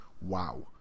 Wow